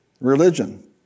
Religion